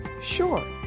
Sure